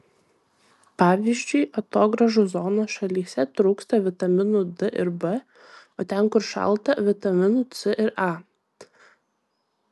pavyzdžiui atogrąžų zonos šalyse trūksta vitaminų d ir b o ten kur šalta vitaminų c ir a